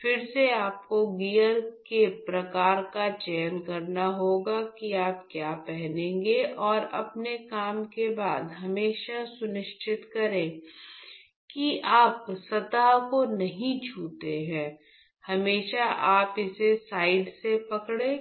फिर से आपको गियर के प्रकार का चयन करना होगा कि आप क्या पहनेंगे और अपने काम के बाद हमेशा सुनिश्चित करें कि आप सतह को नहीं छूते हैं हमेशा आप इसे साइड से पकड़ें